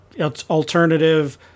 alternative